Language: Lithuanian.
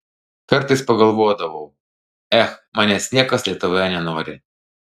kartais pagalvodavau ech manęs niekas lietuvoje nenori